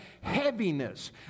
heaviness